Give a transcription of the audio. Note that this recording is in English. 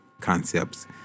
concepts